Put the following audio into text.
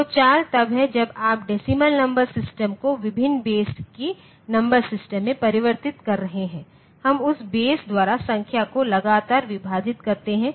तो चाल तब है जब आप डेसीमल नंबर सिस्टम को विभिन्न बेस की नंबर सिस्टम में परिवर्तित कर रहे हैं हम उस बेस द्वारा संख्या को लगातार विभाजित करते हैं